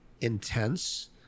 intense